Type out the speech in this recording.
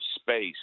space